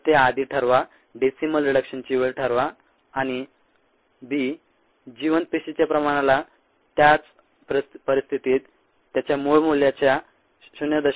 तर ते आधी ठरवा डेसिमल रिडक्शनची वेळ ठरवा आणि b जिवंत पेशीच्या प्रमाणाला त्याच परिस्थितीत त्याच्या मूळ मूल्याच्या 0